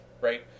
Right